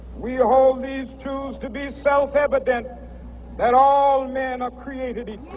we ah hold these truths to be self-evident that all men are created